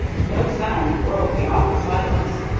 no sound broke the awful silence,